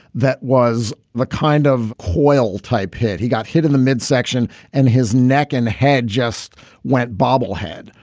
that was the kind of hoil type hit. he got hit in the midsection and his neck and head just went bobblehead.